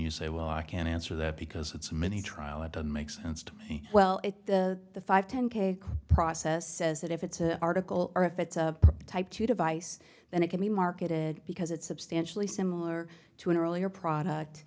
you say well i can't answer that because it's a mini trial it doesn't make sense to me well if the the five ten k process says that if it's an article or if it's a type two device then it can be marketed because it's substantially similar to an earlier product